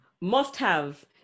Must-have